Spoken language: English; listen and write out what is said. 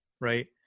right